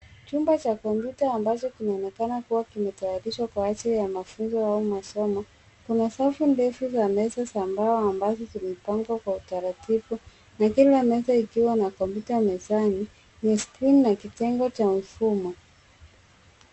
Chumba cha kompyuta ambacho kinaonekana kuwa kimetayarishwa kwa ajili ya mafunzo au masomo. Kuna safu ndefu za meza za mbao ambazo zimepangwa kwa utaratibu, pengine meza ikiwa na kompyuta mezani ni skrini na kitenge cha mfumo.